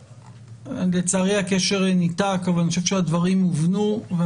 לצערי הקשר ניתק, אבל אני חושב שהדברים הובנו.